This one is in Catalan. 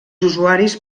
usuaris